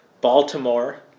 Baltimore